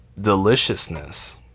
deliciousness